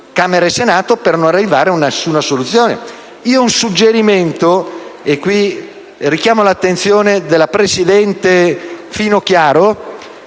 Camera e Senato per non arrivare ad una soluzione. Ho un suggerimento, e richiamo l'attenzione della presidente Finocchiaro,